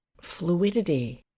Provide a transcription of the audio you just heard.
fluidity